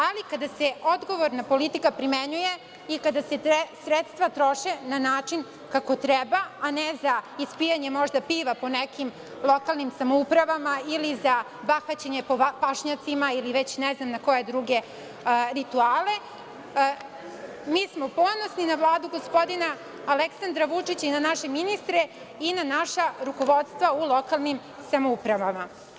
Ali, kada se odgovorna politika primenjuje i kada se sredstva troše na način kako treba, a ne za ispijanje piva možda po nekim lokalnim samoupravama ili za bahaćenje po pašnjacima ili već ne znam na koje druge rituale, mi smo ponosni na Vladu gospodina Aleksandra Vučića i na naše ministre i na naša rukovodstva u našim lokalnim samoupravama.